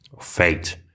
Fate